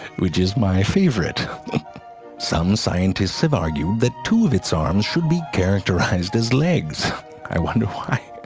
which is my favorite some scientists have argued that two of its arms should be characterized as legs i wonder why